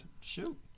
Shoot